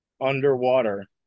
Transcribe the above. underwater